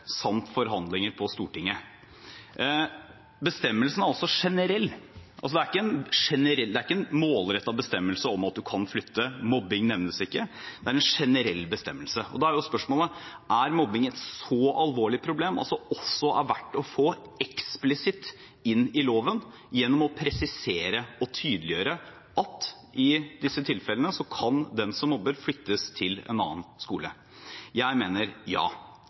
samt forhandlinger på Stortinget. Bestemmelsen er også generell. Det er ikke en målrettet bestemmelse om at man kan flytte – mobbing nevnes ikke – det er en generell bestemmelse. Da er spørsmålet: Er mobbing et så alvorlig problem at det også er verdt å få eksplisitt inn i loven gjennom å presisere og tydeliggjøre at i disse tilfellene kan den som mobber, flyttes til en annen skole? Jeg mener ja.